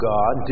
God